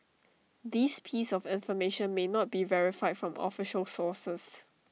this piece of information may not be verified from official sources